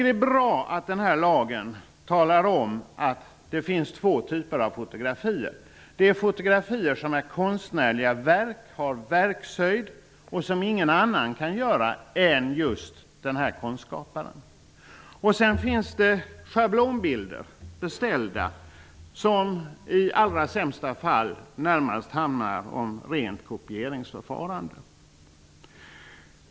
Det är bra att den här lagen talar om att det finns två typer av fotografier. Det är fotografier som är konstnärliga verk, som har verkshöjd, och som ingen annan än just konstskaparen kan åstadkomma. Sedan finns schablonbilder, beställda bilder, som i allra sämsta fall närmast handlar om rent kopieringsförfarande.